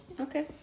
okay